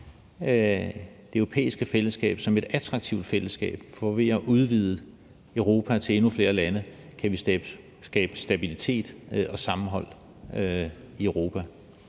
det europæiske fællesskab som et attraktivt fællesskab. For ved at udvide EU til at rumme endnu flere lande kan vi skabe stabilitet og sammenhold i Europa.